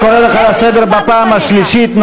אני קורא אותך לסדר בפעם השלישית.